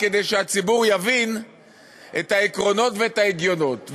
כדי שהציבור יבין את העקרונות ואת ההגיונות.